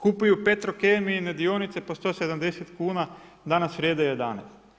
Kupuju Petrokemijine dionice po 170 kuna, danas vrijede 11.